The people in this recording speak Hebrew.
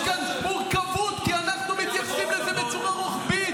יש כאן מורכבות, כי אנחנו מתייחסים בצורה רוחבית,